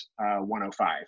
105